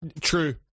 true